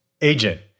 Agent